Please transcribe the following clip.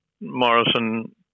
Morrison